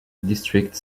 district